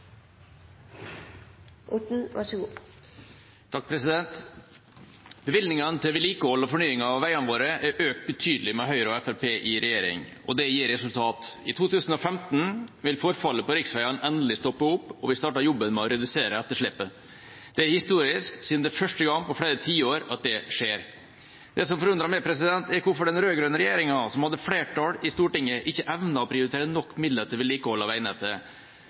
økt betydelig med Høyre og Fremskrittspartiet i regjering, og det gir resultater. I 2015 vil forfallet på riksveiene endelig stoppe opp, og vi starter jobben med å redusere etterslepet. Det er historisk, siden det er første gang på flere tiår at det skjer. Det som forundrer meg, er hvorfor den rød-grønne regjeringa, som hadde flertall i Stortinget, ikke evnet å prioritere nok midler til vedlikehold av veinettet.